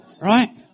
Right